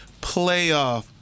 playoff